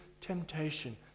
temptation